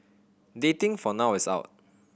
dating for now is out